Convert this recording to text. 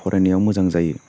फरायनायाव मोजां जायो